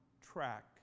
track